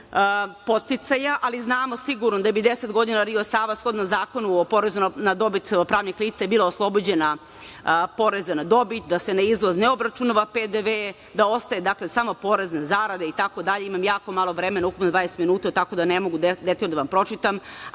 podsticaja, ali znamo sigurno da bi 10 godina Rio Sava, shodno Zakonu o porezu na dobit pravnih lica, bila oslobođena poreza na dobit, da se na izvoz ne obračunava PDV, da ostaje samo porez na zarade itd. Imam jako malo vremena, ukupno 20 minuta, tako da ne mogu detaljno da vam pročitam.